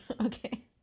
Okay